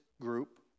group